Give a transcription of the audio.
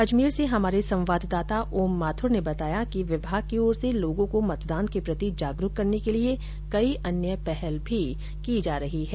अजमेर से हमारे संवाददाता ओम माथुर ने बताया कि विभाग की ओर से लोगों को मतदान क प्रति जागरूक करने के लिये कई अन्य पहल भी की जा रही है